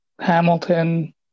Hamilton